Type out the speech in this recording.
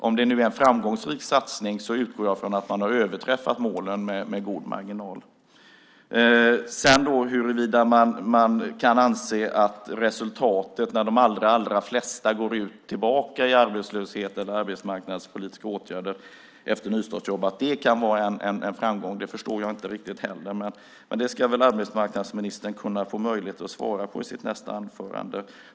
Om det nu är en framgångsrik satsning utgår jag från att man har överträffat målen med god marginal. Hur man sedan kan anse att detta är en framgång när de allra flesta går tillbaka ut i arbetslöshet eller arbetsmarknadspolitiska åtgärder efter nystartsjobb förstår jag inte riktigt heller, men det kan väl arbetsmarknadsministern få möjlighet att svara på i sitt nästa inlägg.